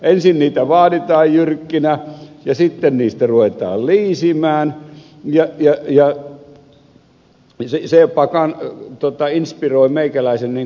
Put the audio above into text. ensin niitä vaaditaan jyrkkinä ja sitten niistä ruvetaan liisimään ja se inspiroi meikäläisen niin kuin ed